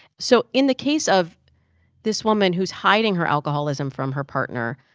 so in the case of this woman who's hiding her alcoholism from her partner,